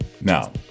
Now